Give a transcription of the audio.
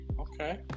okay